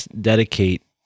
dedicate